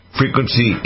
frequency